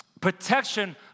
protection